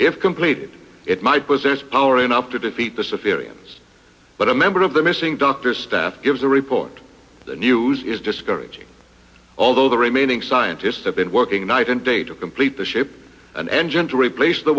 if completed it might possess power enough to defeat disappearance but a member of the missing dr staff gives a report the news is discouraging although the remaining scientists have been working night and day to complete the ship an engine to replace the